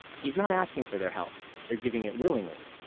he's not asking for their help, they're giving it willingly.